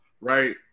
Right